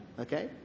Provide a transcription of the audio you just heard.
Okay